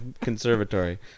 conservatory